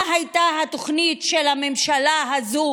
מה הייתה התוכנית של הממשלה הזאת